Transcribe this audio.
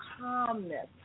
calmness